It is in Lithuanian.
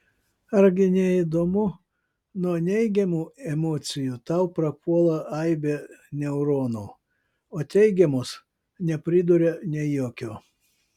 argi ne įdomu nuo neigiamų emocijų tau prapuola aibė neuronų o teigiamos nepriduria nė jokio